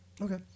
Okay